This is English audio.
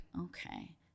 okay